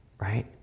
right